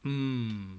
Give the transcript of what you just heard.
mm